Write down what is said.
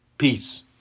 Peace